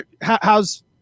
how's